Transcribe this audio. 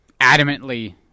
adamantly